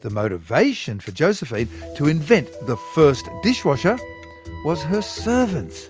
the motivation for josephine to invent the first dishwasher was her servants